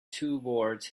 toward